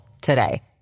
today